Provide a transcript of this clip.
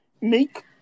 make